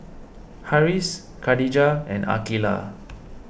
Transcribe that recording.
Harris Khadija and Aqeelah